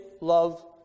love